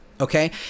Okay